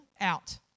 out